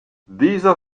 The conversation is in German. dieser